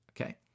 okay